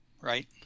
Right